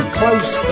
close